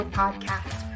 podcast